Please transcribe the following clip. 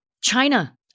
China